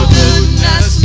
goodness